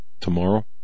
tomorrow